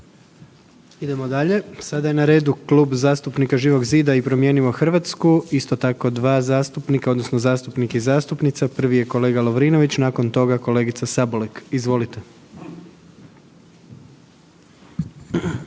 Idemo dalje, sada je na redu Klub zastupnika Živog zida i Promijenimo Hrvatsku isto tako dva zastupnika odnosno zastupnik i zastupnica, prvi je kolega Lovrinović, nakon toga kolegica Sabolek. Izvolite.